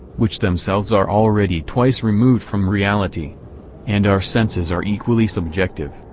which themselves are already twice removed from, reality and our senses are equally subjective,